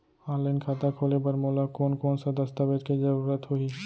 Online खाता खोले बर मोला कोन कोन स दस्तावेज के जरूरत होही?